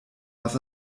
was